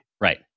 Right